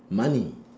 money